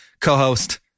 co-host